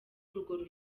urwo